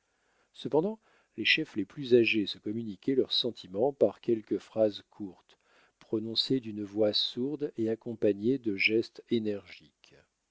cependant les chefs les plus âgés se communiquaient leurs sentiments par quelques phrases courtes prononcées d'une voix sourde et accompagnées de gestes énergiques